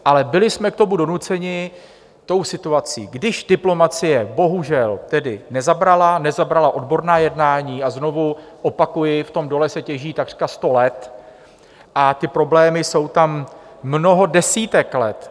Ale byli jsme k tomu donuceni tou situací, když diplomacie bohužel tedy nezabrala, nezabrala odborná jednání a znovu opakuji, v tom dole se těží takřka sto let a ty problémy jsou tam mnoho desítek let.